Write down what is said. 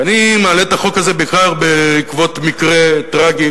ואני מעלה את החוק הזה בעיקר בעקבות מקרה טרגי